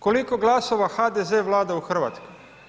Koliko glasova HDZ vlada u Hrvatskoj?